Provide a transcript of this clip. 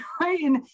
right